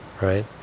right